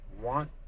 want